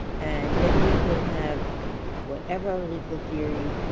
and then you can have whatever legal theory